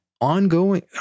ongoing